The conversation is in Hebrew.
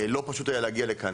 לא פשוט היה להגיע לכאן,